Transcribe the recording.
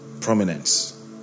prominence